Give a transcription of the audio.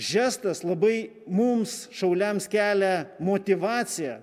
žestas labai mums šauliams kelia motyvaciją